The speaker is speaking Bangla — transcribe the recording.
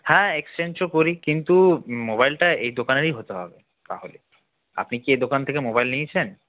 হ্যাঁ এক্সচেঞ্জও করি কিন্তু মোবাইলটা এই দোকানেরই হতে হবে তাহলে আপনি কি এই দোকান থেকে মোবাইল নিয়েছেন